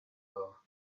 her